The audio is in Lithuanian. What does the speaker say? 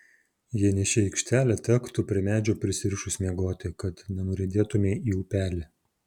jei ne ši aikštelė tektų prie medžio prisirišus miegoti kad nenuriedėtumei į upelį